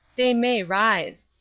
they may rise.